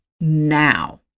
now